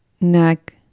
Neck